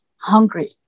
hungry